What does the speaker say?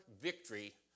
victory